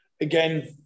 again